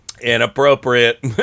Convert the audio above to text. Inappropriate